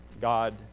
God